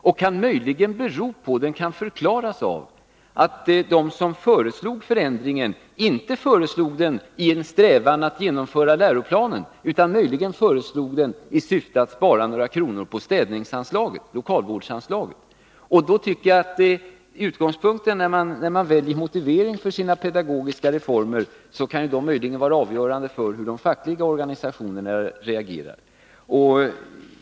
Den kan möjligen förklaras av att de som föreslog förändringen inte gjorde det i en strävan att följa läroplanen, utan i syfte att spara några kronor på lokalvårdsanslaget. Då tycker jag att utgångspunkten när man väljer motivering för sina pedagogiska reformer möjligen kan vara avgörande för hur de fackliga organisationerna reagerar.